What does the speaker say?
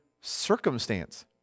circumstance